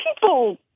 people